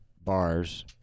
bars